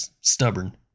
stubborn